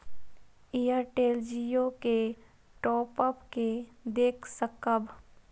Airtel Jio के top up के देख सकब?